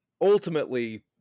ultimately